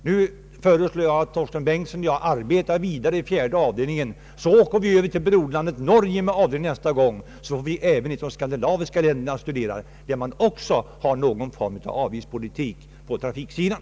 Nu föreslår jag att herr Bengtson och jag arbetar vidare i statsutskottets fjärde avdelning och att vi nästa gång åker till broderlandet Norge, så att vi även får studera ett skandinaviskt land där man tillämpar en avgiftspolitik på trafiksidan.